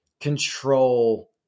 control